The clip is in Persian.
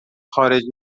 خارج